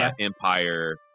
Empire